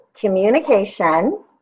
communication